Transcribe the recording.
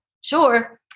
sure